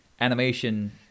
animation